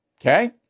Okay